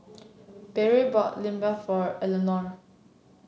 Perry bought Limbap for Eleanore